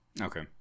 okay